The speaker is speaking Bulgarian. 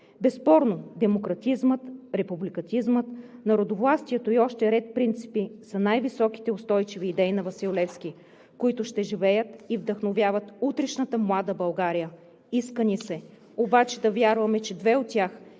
Безспорно демократизмът, републиканизмът, народовластието и още ред принципи са най-високите устойчиви идеи на Васил Левски, които ще живеят и вдъхновяват утрешната млада България. Иска ни се обаче да вярваме, че две от тях